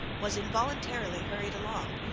was involuntarily hurried along,